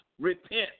repent